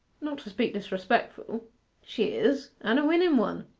not to speak disrespectful she is and a winnen one.